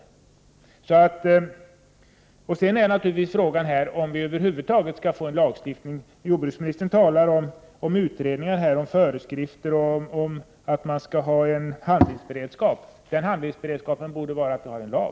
Frågan är naturligtvis om vi över huvud taget skall få en lagstiftning. Jordbruksministern talar om utredningar och föreskrifter och om att man skall ha en handlingsberedskap. Handlingsberedskapen borde vara att ha en lag.